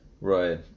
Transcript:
right